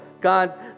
God